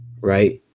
right